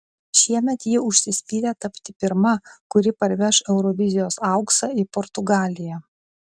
šiemet ji užsispyrė tapti pirma kuri parveš eurovizijos auksą į portugaliją